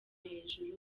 hejuru